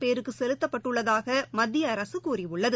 பேருக்குசெலுத்தப்பட்டுள்ளதாகமத்திய அரசுகூறியுள்ளது